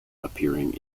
appearing